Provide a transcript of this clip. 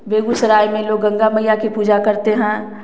बेगुसराय में लोग गंगा मईया की पूजा करते हैं